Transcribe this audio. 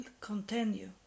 continue